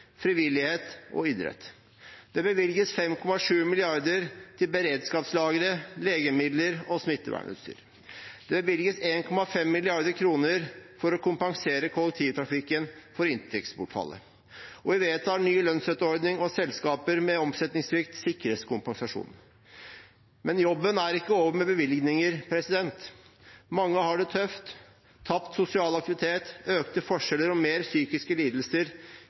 frivillighet og idrett. Det bevilges 5,7 mrd. kr til beredskapslagre, legemidler og smittevernutstyr. Det bevilges 1,5 mrd. kr for å kompensere kollektivtrafikken for inntektsbortfallet. Vi vedtar en ny lønnsstøtteordning, og selskaper med omsetningssvikt sikres kompensasjon. Jobben er ikke over med bevilgninger. Mange har det tøft. Tapt sosial aktivitet, økte forskjeller og mer psykiske lidelser